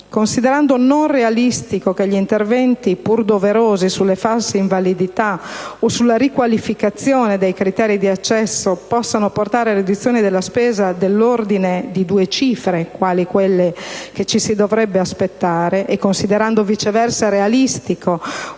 Considerando non realistico che gli interventi, pur doverosi, sulle false invalidità o sulla riqualificazione dei criteri di accesso possano portare a riduzioni della spesa dell'ordine di due cifre, quali quelle che ci si dovrebbe aspettare, e considerando viceversa realistico